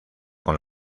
con